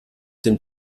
dem